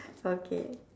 okay